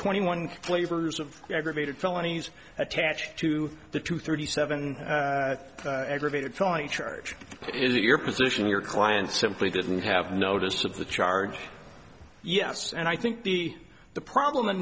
twenty one flavors of aggravated felonies attached to the two thirty seven aggravated felony charge is it your position your client simply didn't have notice of the charge yes and i think the the problem in